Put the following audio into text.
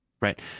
right